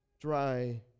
dry